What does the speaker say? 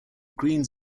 greens